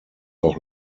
auch